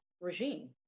regime